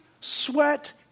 sweat